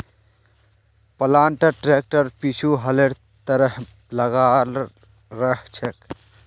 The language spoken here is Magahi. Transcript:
प्लांटर ट्रैक्टरेर पीछु हलेर तरह लगाल रह छेक